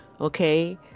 okay